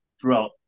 throughout